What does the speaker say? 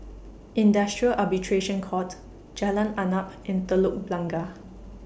Industrial Arbitration Court Jalan Arnap and Telok Blangah